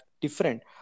different